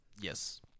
Yes